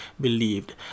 believed